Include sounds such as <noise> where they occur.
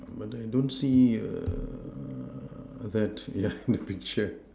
but I don't see err that yeah <noise> in the picture